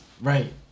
Right